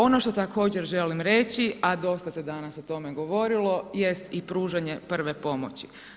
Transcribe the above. Ono što također želim reći, a dosta se danas o tome govorilo jest i pružanje prve pomoći.